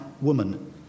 woman